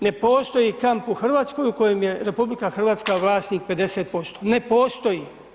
Ne postoji kamp u Hrvatskoj u kojem je RH vlasnik 50%, ne postoji.